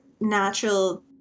natural